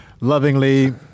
lovingly